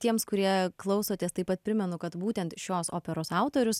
tiems kurie klausotės taip pat primenu kad būtent šios operos autorius